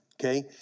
okay